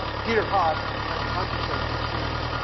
peter hobbs. has has a bunch of great pictures,